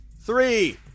three